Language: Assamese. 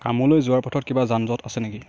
কামলৈ যোৱাৰ পথত কিবা যান জঁট আছে নেকি